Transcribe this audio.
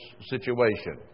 situation